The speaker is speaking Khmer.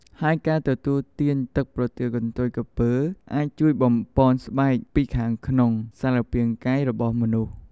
ហើយការទទួលទានទឹកប្រទាលកន្ទុយក្រពើអាចជួយបំប៉នស្បែកពីខាងក្នុងសារពាង្គកាយរបស់មនុស្ស។